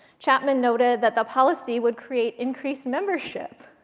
chapman noted that the policy would create increased membership,